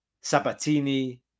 Sabatini